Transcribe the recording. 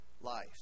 life